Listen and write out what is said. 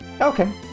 Okay